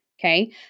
Okay